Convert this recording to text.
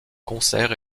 concerts